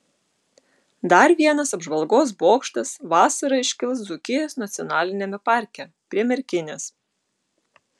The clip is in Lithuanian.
dar vienas apžvalgos bokštas vasarą iškils dzūkijos nacionaliniame parke prie merkinės